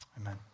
Amen